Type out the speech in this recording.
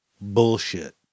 bullshit